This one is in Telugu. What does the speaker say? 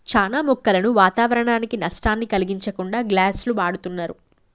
చానా మొక్కలను వాతావరనానికి నష్టాన్ని కలిగించకుండా గ్లాస్ను వాడుతున్నరు